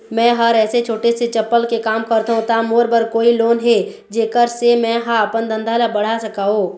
मैं हर ऐसे छोटे से चप्पल के काम करथों ता मोर बर कोई लोन हे जेकर से मैं हा अपन धंधा ला बढ़ा सकाओ?